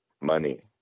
money